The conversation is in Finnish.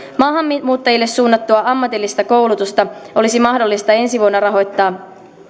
maahanmuuttajille suunnattua ammatillista koulutusta olisi mahdollista ensi vuonna rahoittaa